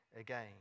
again